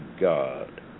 God